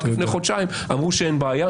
רק לפני חודשיים אמרו שאין בעיה,